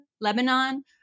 Lebanon